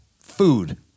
food